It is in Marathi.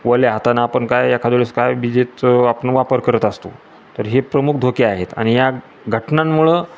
ओल्या हाताना आपण काय एखादवेळेस काय विजेचं आपण वापर करत असतो तर हे प्रमुख धोके आहेत आणि या घटनांमुळं